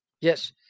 Yes